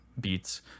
beats